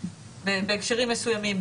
בהקשרים מסוימים,